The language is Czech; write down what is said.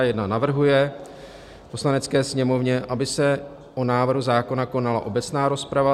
I. navrhuje Poslanecké sněmovně, aby se o návrhu zákona konala obecná rozprava;